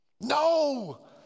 No